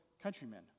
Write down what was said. countrymen